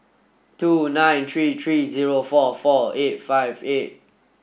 two nine three three zero four four eight five eight